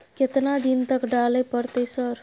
केतना दिन तक डालय परतै सर?